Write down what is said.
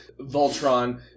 voltron